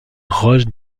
roches